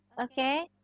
Okay